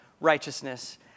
Righteousness